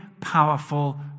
powerful